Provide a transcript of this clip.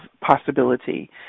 possibility